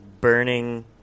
Burning